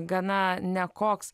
gana nekoks